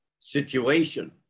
situation